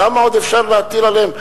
כמה עוד אפשר להטיל עליהן?